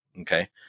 okay